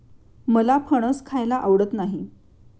मला फणस खायला आवडत नाही